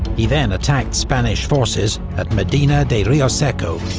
he then attacked spanish forces at medina de rioseco,